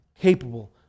capable